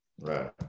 right